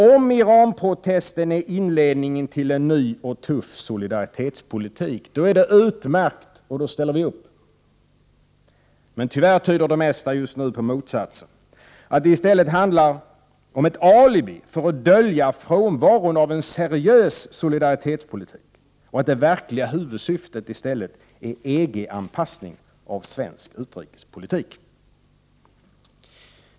Om Iranprotesten är inledningen till en ny och tuff solidaritetspolitik, då är det utmärkt och då ställer vi upp. Men tyvärr tyder det mesta just nu på motsatsen, att det i stället handlar om ett alibi för att dölja frånvaron av en seriös solidaritetspolitik och att det verkliga huvudsyftet i stället är EG anpassning av svensk utrikespolitik.